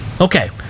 Okay